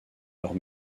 leurs